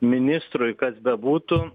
ministrui kas bebūtų